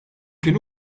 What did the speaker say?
kien